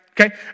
Okay